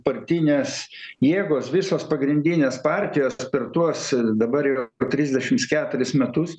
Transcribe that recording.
partinės jėgos visos pagrindinės partijos per tuos dabar jau trisdešimts keturis metus